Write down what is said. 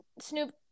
Snoop